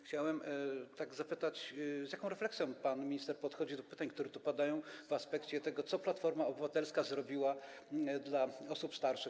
Chciałem zapytać, z jaką refleksją pan minister podchodzi do pytań, które tu padają, w aspekcie tego, co Platforma Obywatelska zrobiła dla osób starszych.